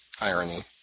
irony